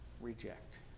reject